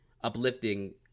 uplifting